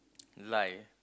like